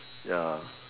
ya